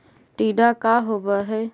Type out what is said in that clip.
टीडा का होव हैं?